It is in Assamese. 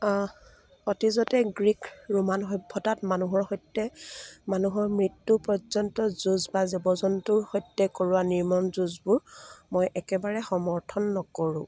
অতীজতে গ্ৰীক ৰোমান সভ্যতাত মানুহৰ সৈতে মানুহৰ মৃত্যু পৰ্যন্ত যুঁজ বা জীৱ জন্তুৰ সৈতে কৰোৱা নিৰ্মম যুঁজবোৰ মই একেবাৰে সমৰ্থন নকৰোঁ